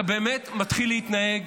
אתה באמת מתחיל להתנהג